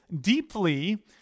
deeply